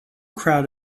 crowd